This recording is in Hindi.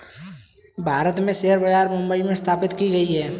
भारत में शेयर बाजार मुम्बई में स्थापित की गयी है